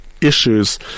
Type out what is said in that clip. issues